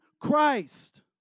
Christ